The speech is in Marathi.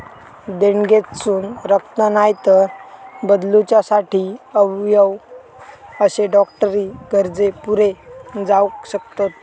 देणगेतसून रक्त, नायतर बदलूच्यासाठी अवयव अशे डॉक्टरी गरजे पुरे जावक शकतत